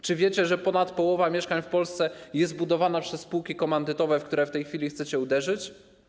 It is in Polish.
Czy wiecie, że ponad połowa mieszkań w Polsce jest budowana przez spółki komandytowe, w które w tej chwili chcecie uderzyć?